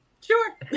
sure